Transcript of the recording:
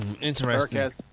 Interesting